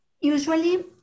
usually